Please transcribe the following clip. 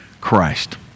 Christ